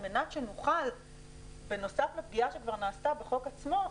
על מנת שנוכל בנוסף לפגיעה שכבר נעשתה בחוק עצמו,